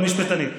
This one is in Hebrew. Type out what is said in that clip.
אבל משפטנית.